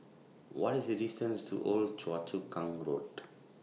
What IS The distance to Old Choa Chu Kang Road